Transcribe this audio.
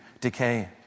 decay